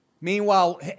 Meanwhile